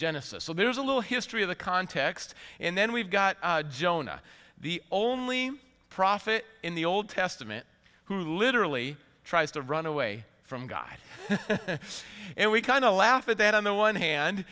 genesis so there's a little history of the context and then we've got jonah the only prophet in the old testament who literally tries to run away from god and we kind of laugh at that on the one hand